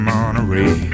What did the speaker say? Monterey